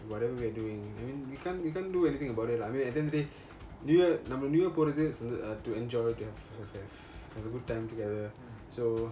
whatever we're doing I mean we can't we can't do anything about it lah I mean at the end of the day new year நம்ம:namma new year போறது:porathu to enjoy to have have have a good time together so